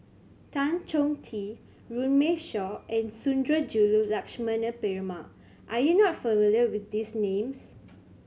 Tan Chong Tee Runme Shaw and Sundarajulu Lakshmana Perumal are you not familiar with these names